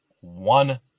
one